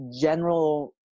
general